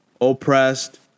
oppressed